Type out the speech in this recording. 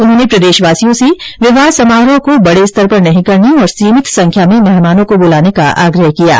उन्होंने प्रदेशवासियों से विवाह समारोहों को बडे स्तर पर नहीं करने और सीमित संख्या में मेहमानों को बुलाने का आग्रह किया है